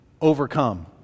overcome